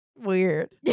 Weird